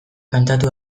kantatu